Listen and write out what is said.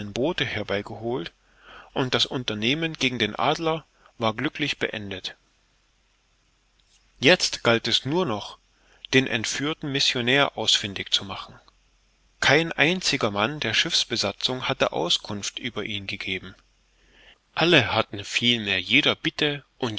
boote herbeigeholt und das unternehmen gegen den adler war glücklich beendet jetzt galt es nur noch den entführten missionär ausfindig zu machen kein einziger mann der schiffsbesatzung hatte auskunft über ihn gegeben alle hatten vielmehr jeder bitte